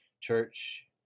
church